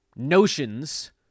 notions